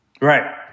Right